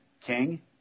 king